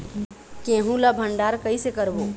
गेहूं ला भंडार कई से करबो?